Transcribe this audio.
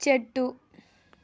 చెట్టు